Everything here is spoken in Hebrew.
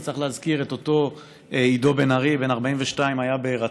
אז צריכים להזכיר את אותו עידו בן ארי: בן 42 היה בהירצחו,